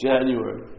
January